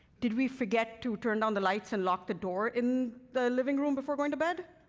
did we forget to turn down the lights and lock the door in the living room before going to bed?